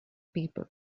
people